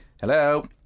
Hello